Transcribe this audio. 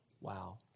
Wow